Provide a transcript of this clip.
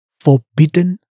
forbidden